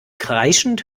kreischend